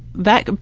that,